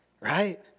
Right